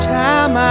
time